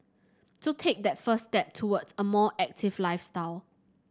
so take that first step towards a more active lifestyle